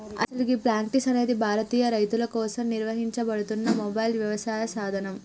అసలు గీ ప్లాంటిక్స్ అనేది భారతీయ రైతుల కోసం నిర్వహించబడుతున్న మొబైల్ యవసాయ సాధనం